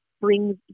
brings